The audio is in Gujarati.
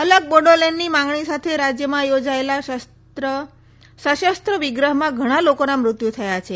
અલગ બોડોલેંડની માંગણી સાથે રાજયમાં યોજાયેલા સશસ્ત્ર વિગ્રહમાં ઘણા લોકોના મૃત્યુ થયા છે